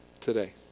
Today